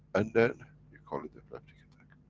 and then you call it, epileptic attack.